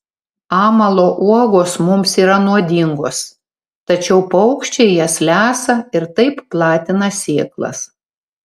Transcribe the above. amalo uogos mums yra nuodingos tačiau paukščiai jas lesa ir taip platina sėklas